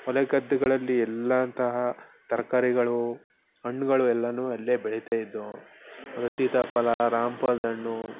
ಹೊಲ ಗದ್ದೆಗಳಲ್ಲಿ ಎಲ್ಲ ತರಹ ತರಕಾರಿಗಳು ಹಣ್ಗಳು ಎಲ್ಲಾ ಅಲ್ಲೇ ಬೆಳೀತ ಇದ್ವು ಅಂದರೆ ಸೀತಾಫಲ ರಾಮ ಫಲದಣ್ಣು